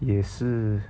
也是